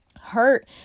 hurt